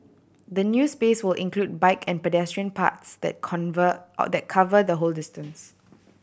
the new space will include bike and pedestrian paths that that cover the whole distance